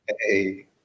Hey